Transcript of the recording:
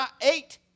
eight